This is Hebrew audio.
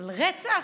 על רצח?